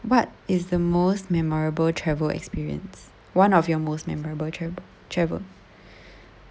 what is the most memorable travel experience one of your most memorable tra~ travel